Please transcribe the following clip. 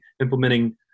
implementing